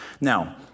Now